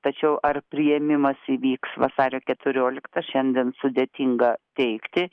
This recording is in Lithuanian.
tačiau ar priėmimas įvyks vasario keturioliktą šiandien sudėtinga teigti